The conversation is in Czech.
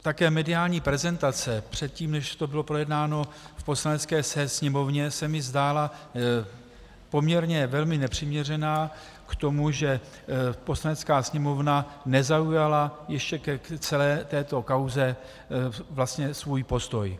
Také mediální prezentace předtím, než to bylo projednáno v Poslanecké sněmovně, se mi zdála poměrně velmi nepřiměřená k tomu, že Poslanecká sněmovna nezaujala ještě k celé této kauze vlastně svůj postoj.